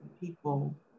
people